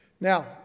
Now